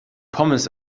pommes